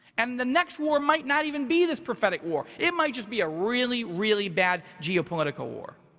and the next war might not even be this prophetic war, it might just be a really, really bad geopolitical war.